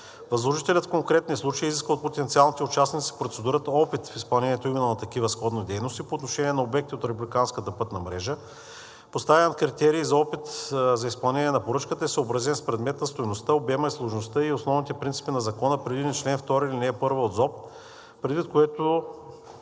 Възложителят в конкретни случаи изисква от потенциалните участници процедурата опит в изпълнението именно на такива сходни дейности по отношение на обекти от републиканската пътна мрежа. Поставеният критерий за опит за изпълнение на поръчката е съобразен с предмета, стойността, обема, сложността и основните принципи на Закона, предвидени в чл. 2, ал. 1 от ЗОП, предвид което